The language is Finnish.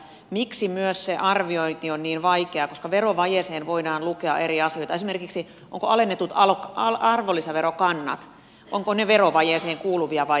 miksi myös se arviointi on niin vaikeaa koska verovajeeseen voidaan lukea eri asioita esimerkiksi se ovatko alennetut arvonlisäverokannat verovajeeseen kuuluvia vai eivät